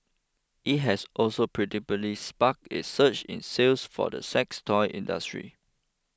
it has also predictably sparked a surge in sales for the sex toy industry